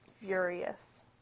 furious